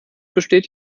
besteht